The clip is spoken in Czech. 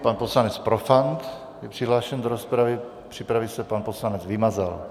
Pan poslanec Profant je přihlášen do rozpravy, připraví se pan poslanec Vymazal.